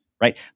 right